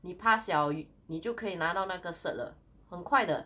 你 pass liao 你就可以拿到那个 cert 了很快的